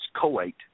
coate